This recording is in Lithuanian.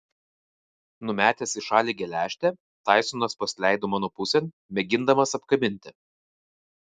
numetęs į šalį geležtę taisonas pasileido mano pusėn mėgindamas apkabinti